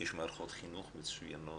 יש מערכות חינוך מצוינות.